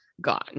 gone